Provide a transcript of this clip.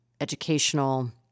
educational